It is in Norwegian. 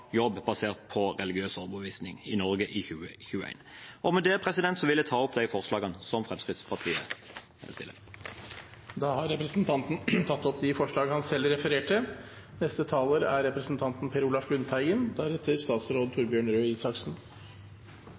jobb basert på religiøs overbevisning i Norge i 2021. Med det vil jeg ta opp forslagene fra Fremskrittspartiet. Da har representanten Gisle Meininger Saudland tatt opp de forslagene han refererte til. Som saksordføreren var inne på, ser ikke dette ut til å være et utbredt problem. Det er